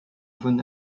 von